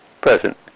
present